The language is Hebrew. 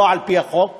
לא על-פי החוק הקיים,